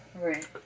Right